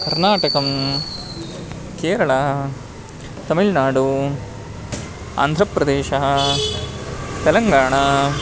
कर्नाटकं केरळा तमिळ्नाडु आन्ध्रप्रदेशः तेलङ्गाणा